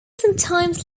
sometimes